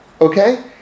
Okay